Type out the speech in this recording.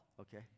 okay